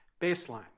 baseline